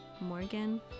Morgan